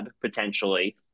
potentially